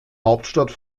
hauptstadt